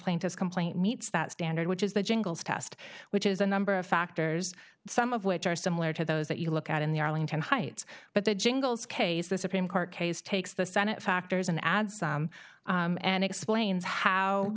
plaintiffs complaint meets that standard which is the jingles test which is a number of factors some of which are similar to those that you look at in the arlington heights but the jingles case the supreme court case takes the senate factors and adds and explains how